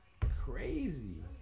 crazy